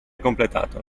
completato